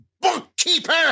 bookkeeper